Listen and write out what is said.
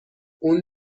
اون